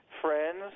friends